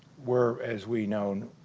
were as we known